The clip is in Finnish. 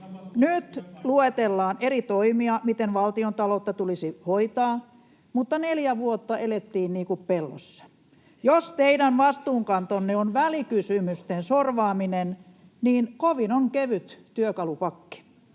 Nyt luetellaan eri toimia siitä, miten valtiontaloutta tulisi hoitaa, mutta neljä vuotta elettiin niin kuin pellossa. Jos teidän vastuunkantonne on välikysymysten sorvaaminen, niin kovin on kevyt työkalupakki.